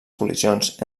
col·lisions